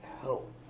Help